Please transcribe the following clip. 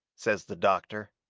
says the doctor.